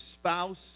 spouse